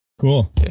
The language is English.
Cool